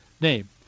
name